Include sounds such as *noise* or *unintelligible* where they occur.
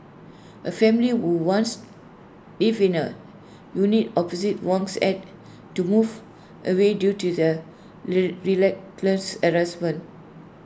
A family who once lived in A unit opposite Wang's had to move away due to the *unintelligible*